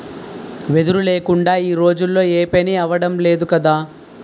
వెదురు లేకుందా ఈ రోజుల్లో ఏపనీ అవడం లేదు కదా